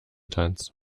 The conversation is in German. tanz